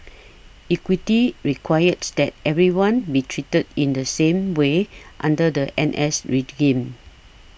equity requires that everyone be treated in the same way under the N S regime